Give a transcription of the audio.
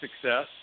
success